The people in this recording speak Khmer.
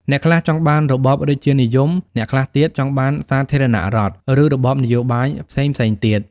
អ្នកខ្លះចង់បានរបបរាជានិយម អ្នកខ្លះទៀតចង់បានសាធារណរដ្ឋ ឬរបបនយោបាយផ្សេងៗទៀត។